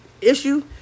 issue